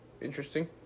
interesting